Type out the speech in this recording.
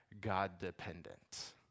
God-dependent